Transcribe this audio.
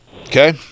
Okay